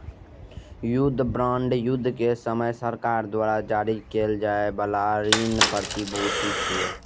युद्ध बांड युद्ध के समय सरकार द्वारा जारी कैल जाइ बला ऋण प्रतिभूति छियै